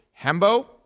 Hembo